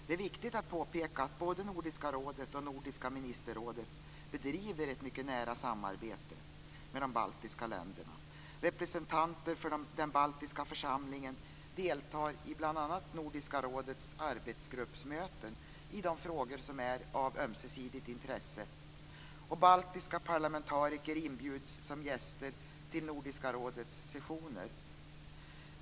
Det är viktigt att påpeka att både Nordiska rådet och Nordiska ministerrådet bedriver ett mycket nära samarbete med de baltiska länderna. Representanter för den baltiska församlingen deltar bl.a. i Nordiska rådets arbetsgruppsmöten i de frågor som är av ömsesidigt intresse, och baltiska parlamentariker inbjuds som gäster till Nordiska rådets sessioner.